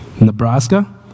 Nebraska